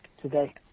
today